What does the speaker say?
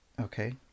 Okay